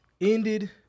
ended –